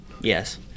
Yes